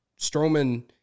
Strowman